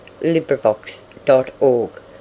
LibriVox.org